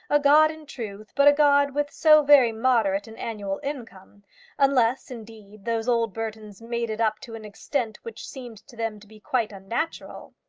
a god in truth, but a god with so very moderate an annual income unless indeed those old burtons made it up to an extent which seemed to them to be quite unnatural!